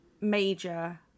major